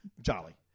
Jolly